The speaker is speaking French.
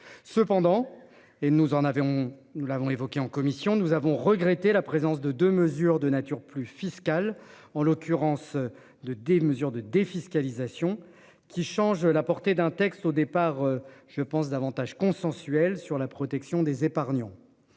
en avons, nous l'avons évoqué en commission, nous avons regretté la présence de de mesures de nature plus fiscale en l'occurrence de des mesures de défiscalisation qui change la portée d'un texte au départ je pense davantage consensuel sur la protection des épargnants.